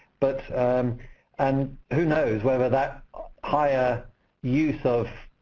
but and who knows whether that higher use of,